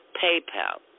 PayPal